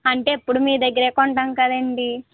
అంటే ఎప్పుడు మీ దగ్గరే కొంటాం కదండీ